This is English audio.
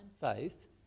faith